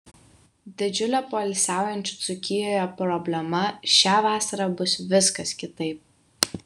didžiulė poilsiaujančių dzūkijoje problema šią vasarą bus viskas kitaip